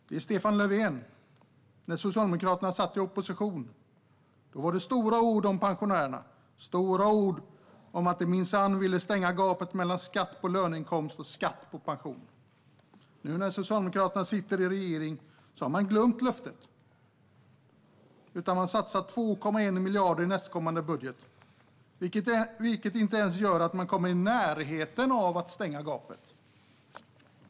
Det var Stefan Löfven när Socialdemokraterna satt i opposition. Då var det stora ord om pensionärerna, stora ord om att de minsann ville stänga gapet mellan skatt på löneinkomst och skatt på pension. Nu när Socialdemokraterna sitter i regering har man glömt löftet och satsar 2,1 miljarder i nästkommande budget, vilket gör att man inte ens kommer i närheten av att stänga gapet.